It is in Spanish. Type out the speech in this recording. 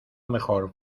mejor